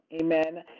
Amen